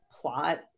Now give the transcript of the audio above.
plot